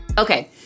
Okay